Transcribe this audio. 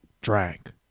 drank